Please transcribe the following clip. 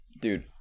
Dude